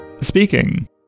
Speaking